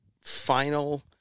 final